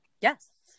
Yes